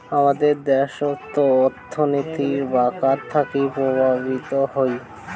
হামাদের দ্যাশোত অর্থনীতি বাঁকটা থাকি প্রভাবিত হই